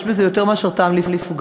יש בזה יותר מטעם לפגם.